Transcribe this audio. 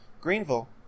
Greenville